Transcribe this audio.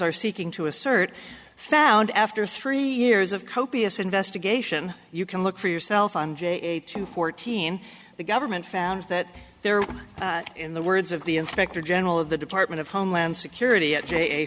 are seeking to assert found after three years of copious investigation you can look for yourself on j eight to fourteen the government found that there in the words of the inspector general of the department of homeland security at j a